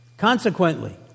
Consequently